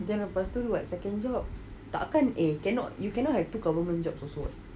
then lepas tu second job tak akan eh you cannot you cannot have two government jobs also [what]